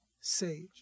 Sage